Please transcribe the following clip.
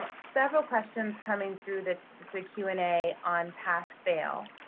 ah several questions coming through the so q and a on pass fail.